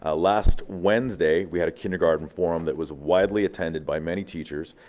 ah last wednesday, we had a kindergarten forum, that was widely attended by many teachers,